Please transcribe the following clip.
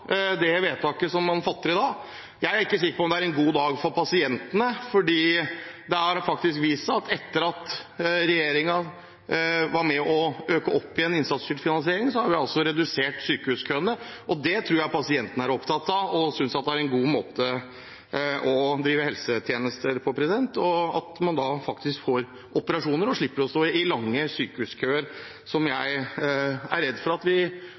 det vedtaket man fatter i dag. Jeg er ikke sikker på om det er en god dag for pasientene, for det har faktisk vist seg at etter at regjeringen var med på å øke innsatsstyrt finansiering igjen, har vi redusert sykehuskøene. Det tror jeg pasientene er opptatt av og synes er en god måte å drive helsetjenester på, at man faktisk får operasjoner og slipper å stå i lange sykehuskøer, som jeg er redd for blir konsekvensen av at